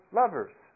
lovers